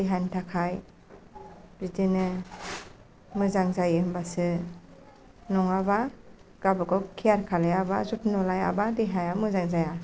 देहानि थाखाय बिदिनो मोजां जायो होनबासो नङाबा गावबागाव केयार खालामाब्ला जथन' लायाबा देहाया मोजां जाया